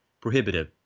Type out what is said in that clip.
prohibitive